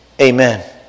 Amen